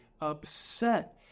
upset